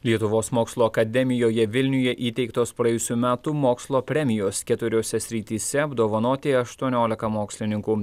lietuvos mokslo akademijoje vilniuje įteiktos praėjusių metų mokslo premijos keturiose srityse apdovanoti aštuoniolika mokslininkų